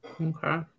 Okay